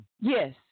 Yes